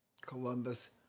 Columbus